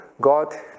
God